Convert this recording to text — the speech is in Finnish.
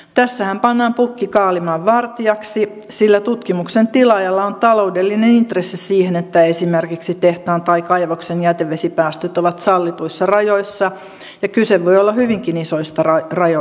tässähän pannaan pukki kaalimaan vartijaksi sillä tutkimuksen tilaajalla on taloudellinen intressi siihen että esimerkiksi tehtaan tai kaivoksen jätevesipäästöt ovat sallituissa rajoissa ja kyse voi olla hyvinkin isoista rahoista